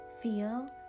Feel